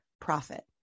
profit